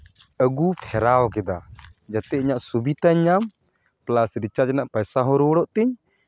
ᱟᱹᱜᱩ ᱯᱷᱮᱨᱟᱣ ᱠᱮᱫᱟ ᱡᱟᱛᱮ ᱤᱧᱟ ᱜ ᱥᱩᱵᱤᱫᱷᱟᱧ ᱧᱟᱢ ᱯᱞᱟᱥ ᱨᱤᱪᱟᱨᱡᱽ ᱨᱮᱭᱟᱜ ᱯᱚᱭᱥᱟ ᱦᱚᱸ ᱨᱩᱣᱟᱹᱲᱚᱜ ᱛᱤᱧ